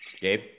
Gabe